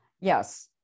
Yes